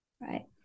right